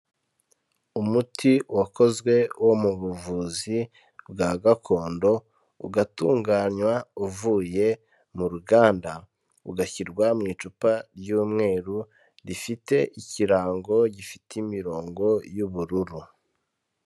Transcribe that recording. Umuti wakozwe wo mu buvuzi bwa gakondo, ugatunganywa uvuye mu ruganda, ugashyirwa mu icupa ry'umweru, rifite ikirango gifite imirongo y'ubururu.